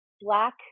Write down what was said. Black